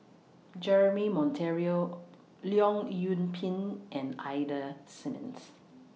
Jeremy Monteiro Leong Yoon Pin and Ida Simmons